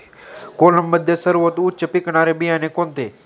कोलममध्ये सर्वोत्तम उच्च पिकणारे बियाणे कोणते?